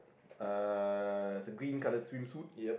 uh is a green colour swimsuit